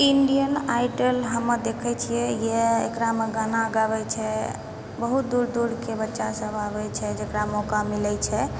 Indian Idol हम देखै छियै ये एकरामे गाना गाबै छै बहुत दूर दूरके बच्चा सब आबै छै जकरा मौका मिलै छै